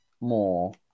more